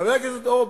חבר הכנסת אורבך,